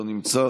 לא נמצא,